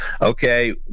okay